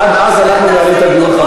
עד אז אנחנו ננהל את הדיון.